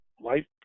life